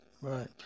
Right